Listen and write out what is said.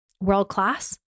world-class